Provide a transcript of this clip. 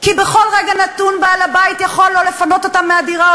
כי בכל רגע נתון בעל-הבית יכול לפנות אותם מהדירה,